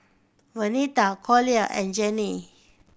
Venita Collier and Janae